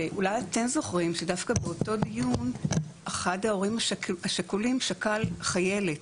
ואולי אתם זוכרים שדווקא באותו דיון אחד ההורים השכולים שכל חיילת.